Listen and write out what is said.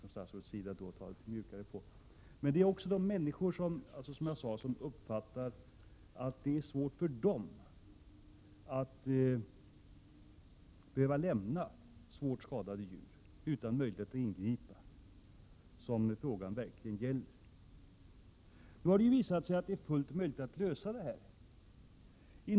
Frågan gäller verkligen också de människor som tycker att det är svårt att behöva lämna allvarligt skadade djur utan möjlighet att ingripa. Det har nu visat sig att det är fullt möjligt att lösa detta problem.